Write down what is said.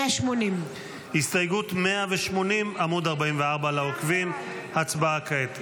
180. הסתייגות 180, עמ' 44 לעוקבים, הצבעה כעת.